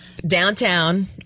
Downtown